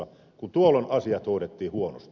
kun tuolloin asiat hoidettiin huonosti